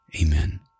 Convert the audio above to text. Amen